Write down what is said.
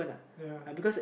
ya